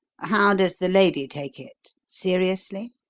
how does the lady take it? seriously?